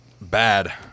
bad